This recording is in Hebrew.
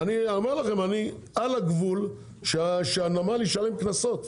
אני אומר לכם, אני על הגבול שהנמל ישלם קנסות.